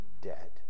dead